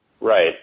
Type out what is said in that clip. Right